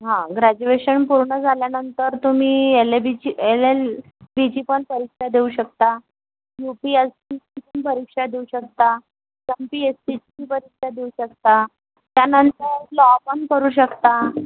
हां ग्रॅजुएशन पूर्ण झाल्यानंतर तुम्ही एलेबीची एल एल बीची पण परीक्षा देऊ शकता यु पी एस सीची परीक्षा देऊ शकता एम पी एस सीची परीक्षा देऊ शकता त्यानंतर लॉ पण करू शकता